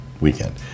weekend